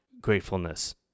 gratefulness